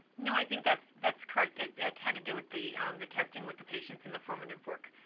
no, i think that's that's correct. it had to do with the um the testing with the patients and the formative work.